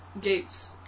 gates